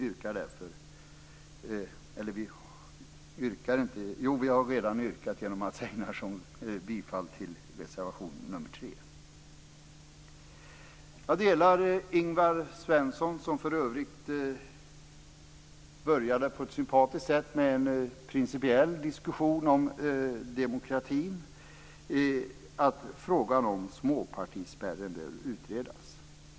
Mats Einarsson har redan yrkat bifall till reservation nr 3. Jag delar Ingvar Svenssons uppfattning om demokratin och att frågan om småpartispärren bör utredas. Han började för övrigt på ett sympatiskt sätt med en principiell diskussion om demokratin.